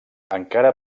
encara